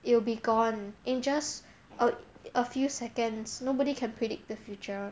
it'll be gone in just a a few seconds nobody can predict the future